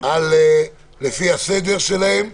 לפי הסדר שלהן.